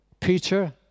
Peter